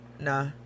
Nah